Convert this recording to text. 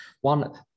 one